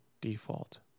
default